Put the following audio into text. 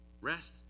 Rest